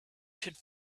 should